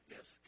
Yes